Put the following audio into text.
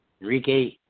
Enrique